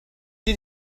did